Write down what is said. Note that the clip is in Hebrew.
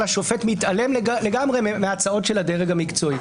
השר מתעלם לגמרי מההצעות של הדרג המקצועי.